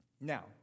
Now